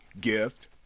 gift